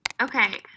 okay